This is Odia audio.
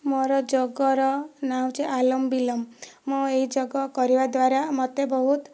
ମୋ'ର ଯୋଗର ନାଁ ହଉଛି ଅନୁଲୋମ୍ ବିଲୋମ ମୁଁ ଏହି ଯୋଗ କରିବା ଦ୍ଵାରା ମୋତେ ବହୁତ